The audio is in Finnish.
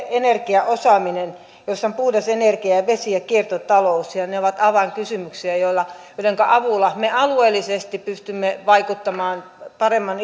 energiaosaaminen jossa on puhdas energia ja vesi ja kiertotalous ja ja ne ovat avainkysymyksiä joidenka avulla me alueellisesti pystymme vaikuttamaan paremman